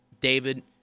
David